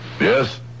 Yes